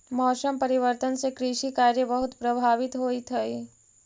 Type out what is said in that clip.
मौसम परिवर्तन से कृषि कार्य बहुत प्रभावित होइत हई